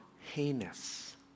heinous